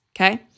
okay